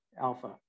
Alpha